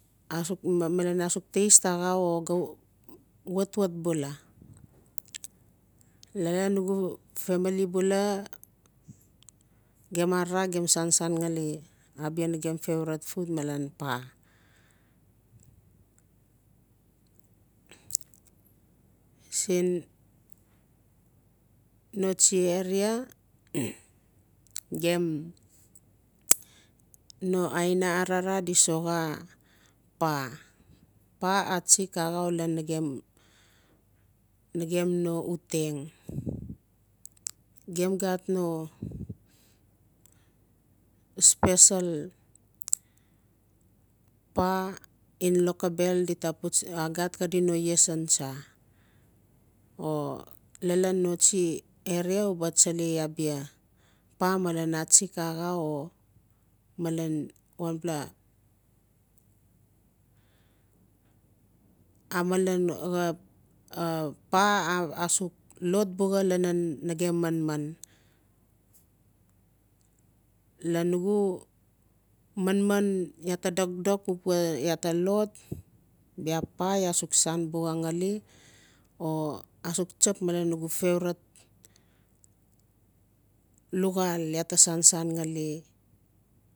Amale asuk taste axau o ga watwat bula i nugu familiy bual gem arara gem sansan nglai abia nagem favourite food malen paa no aina arara di soxa paa paa atsik axau lan nagem-nagem no uteng gem gat no special paa in lokobel di ta putsangi agat xadi no iesen tsa o lalon notsi area uba tsalei abia paa malen a tsik axau o meln wanpela amalen xa paa asuk lot buxa lalon nagem manman. Lan nugu manman iaa ta dokdok pupua iaa ta lot bia paa iaa suk san buxa ngali o asuk tsap malen nugu favourtie luxaal iaa ta san san ngali.